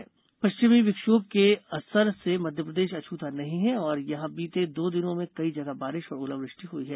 मौसम पश्चिमी विक्षोभ के असर से मध्यप्रदेश अछूता नहीं है और यहां बीते दो दिनों में कई जगह बारिश और ओलावृष्टि हुई है